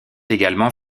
également